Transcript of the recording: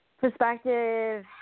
perspective